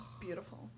beautiful